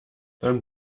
dann